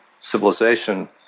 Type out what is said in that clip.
civilization